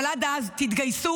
בואו לא נתכחש לזה,